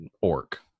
orc